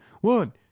One